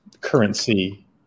currency